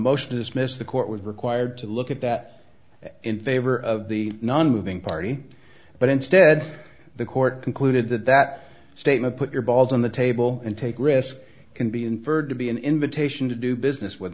motion to dismiss the court was required to look at that in favor of the nonmoving party but instead the court concluded that that statement put your balls on the table and take risks can be inferred to be an invitation to do business with